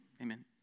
amen